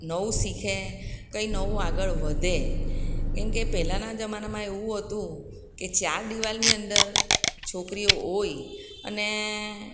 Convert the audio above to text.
નવું શીખે કંઈ નવું આગળ વધે કેમ કે પહેલાના જમાનામાં એવું હતું કે ચાર દીવાલની અંદર છોકરીઓ હોય અને